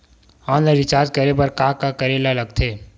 Online recharge करे बर का का करे ल लगथे?